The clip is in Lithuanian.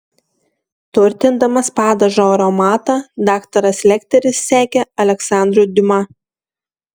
turtindamas padažo aromatą daktaras lekteris sekė aleksandru diuma